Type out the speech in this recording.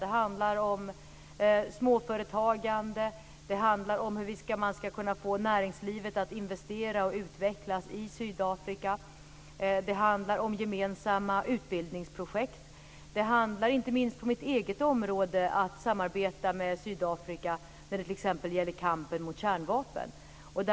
Det handlar om småföretagande. Det handlar om hur man ska kunna få näringslivet att investera och utvecklas i Sydafrika. Det handlar om gemensamma utbildningsprojekt. Det handlar inte minst om mitt eget område, att samarbeta med Sydafrika när det t.ex. gäller kampen mot kärnvapen.